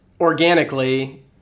organically